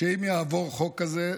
שאם יעבור חוק כזה,